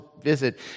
visit